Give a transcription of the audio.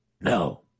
no